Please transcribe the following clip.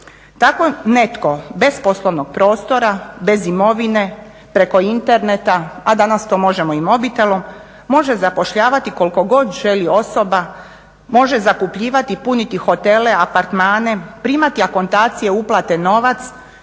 Tako netko bez poslovnog prostora, bez imovine, preko interneta a danas to možemo i mobitelom može zapošljavati koliko god želi osoba, može zakupljivati, puniti hotele, apartmane, primati akontacije uplate novac